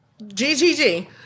GGG